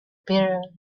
bitter